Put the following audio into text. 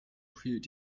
heed